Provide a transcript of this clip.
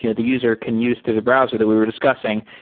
you know the user can use to the browser that we were discussing,